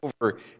over